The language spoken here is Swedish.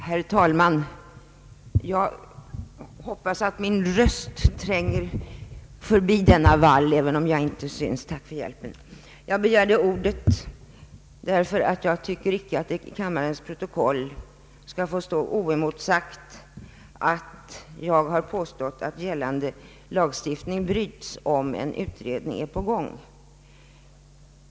Herr talman! Jag begärde ordet eftersom jag inte tyckte att det i kammarens protokoll skulle få stå oemotsagt att jag påstått att gällande lagstiftning bryts, om en utredning är på gång.